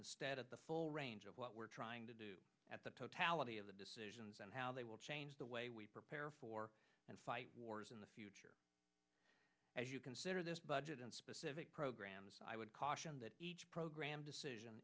instead of the full range of what we're trying to do at the totality of the decisions and how they will change the way we prepare for and fight wars in the future as you consider this budget and specific programs i would caution that each program decision